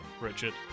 richard